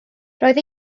roedd